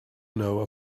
know